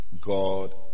God